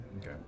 Okay